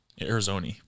Arizona